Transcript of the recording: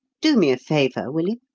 do me a favour, will you?